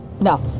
No